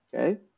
okay